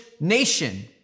nation